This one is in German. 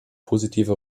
positive